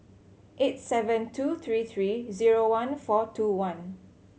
eight seven two three three zero one four two one